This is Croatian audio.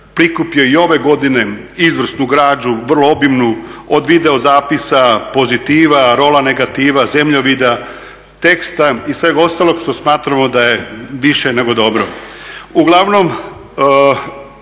prikupio i ove godine izvrsnu građu, vrlo obimnu, od video zapisa, pozitiva, rola negativa, zemljovida, teksta i svega ostalog što smatramo da je više nego dobro.